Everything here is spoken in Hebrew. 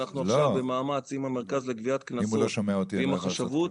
אנחנו עכשיו במעמד --- מרכז לגביית קנסות ועם החשבות,